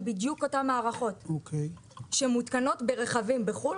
בדיוק אותם מערכות שמותקנות ברכבים בחו"ל,